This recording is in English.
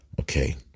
Okay